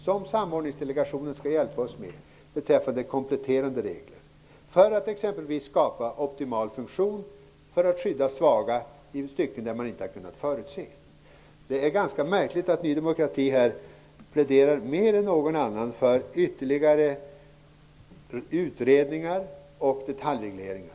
Samordningsdelegationen skall hjälpa oss med detta i fråga om kompletterande regler för att exempelvis skapa optimal funktion och för att skydda svaga i situationer som man inte har kunnat förutse. Det är märkligt att Ny demokrati mer än någon annan pläderar för ytterligare utredningar och detaljregleringar.